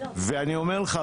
אני אומר לך,